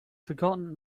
forgotten